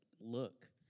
look